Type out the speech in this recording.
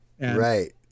Right